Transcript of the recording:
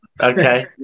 okay